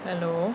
hello